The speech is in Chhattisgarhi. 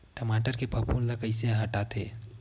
टमाटर के फफूंद ल कइसे हटाथे?